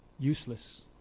useless